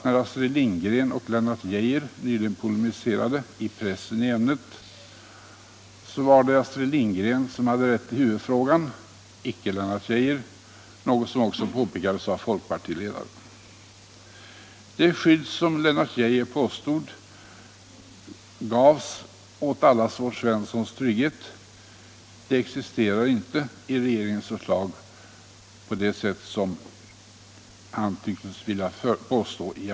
När Astrid Lindgren och Lennart Geijer nyligen polemiserade i pressen i ämnet var det Astrid Lindgren som hade rätt i huvudfrågan, icke Lennart Geijer, något som också påpekades av folkpartiledaren. Det skydd som Lennart Geijer i artikeln tycktes vilja påstå skall ges åt allas vår Svenssons trygghet existerar inte i regeringens förslag.